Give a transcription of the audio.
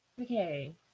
Okay